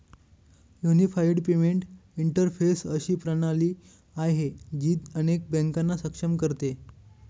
unified payment interface अशी प्रणाली आहे, जी अनेक बँकांना सक्षम करते